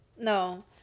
no